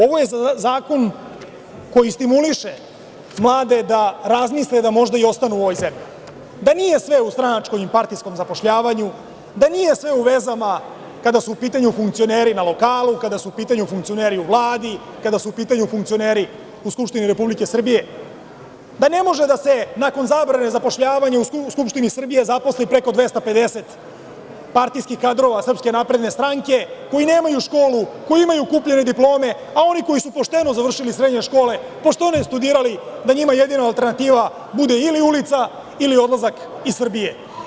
Ovo je zakon koji stimuliše mlade da razmisle da možda i ostanu u ovoj zemlji, da nije sve u stranačkom i partijskom zapošljavanju, da nije sve u vezama, kada su u pitanju funkcioneri na lokalu, kada su u pitanju funkcioneri u Vladi, kada su u pitanju funkcioneri u Skupštini Republike Srbije, da ne može da se nakon zabrane zapošljavanja u Skupštini Srbije zaposli preko 250 partijskih kadrova SNS, koji nemaju školu, koji imaju kupljene diplome, a oni koji su pošteno završili srednje škole, pošteno studirali da njima jedina alternativa bude ili ulica ili odlazak iz Srbije.